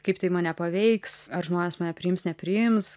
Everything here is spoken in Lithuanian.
kaip tai mane paveiks ar žmonės mane priims nepriims